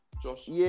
Josh